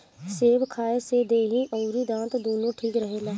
सेब खाए से देहि अउरी दांत दूनो ठीक रहेला